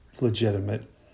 legitimate